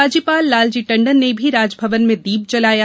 राज्यपाल लालजी टंडन ने भी राजभवन में दीप जलाया